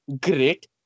Great